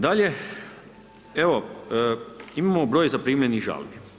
Dalje, evo imamo broj zaprimljenih žalbi.